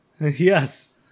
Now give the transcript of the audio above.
Yes